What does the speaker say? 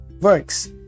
works